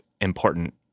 important